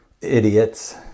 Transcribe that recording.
idiots